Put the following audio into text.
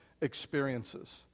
experiences